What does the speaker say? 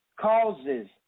causes